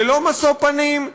ללא משוא פנים,